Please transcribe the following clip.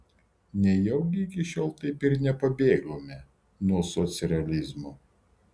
nejaugi iki šiol taip ir nepabėgome nuo socrealizmo